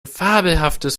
fabelhaftes